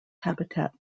habitat